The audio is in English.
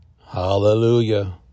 Hallelujah